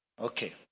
okay